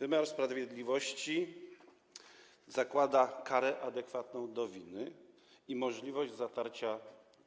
Wymiar sprawiedliwości zakłada karę adekwatną do winy i możliwość zatarcia